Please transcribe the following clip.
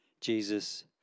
Jesus